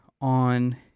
on